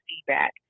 feedback